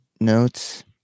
notes